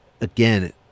again